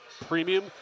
premium